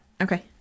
Okay